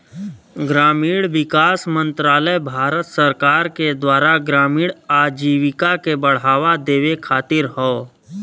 ग्रामीण विकास मंत्रालय भारत सरकार के द्वारा ग्रामीण आजीविका के बढ़ावा देवे खातिर हौ